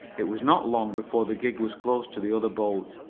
it was not long before the gig was close to the other boat,